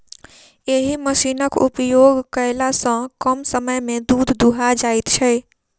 एहि मशीनक उपयोग कयला सॅ कम समय मे दूध दूहा जाइत छै